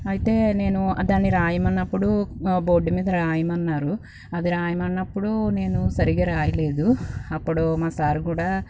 అయితే నేను దాన్ని వ్రాయమన్నప్పుడు బోర్డు మీద వ్రాయమన్నారు అది వ్రాయమన్నప్పుడు నేను సరిగ్గా వ్రాయలేదు అప్పుడు మా సార్ కూడా